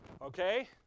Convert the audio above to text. Okay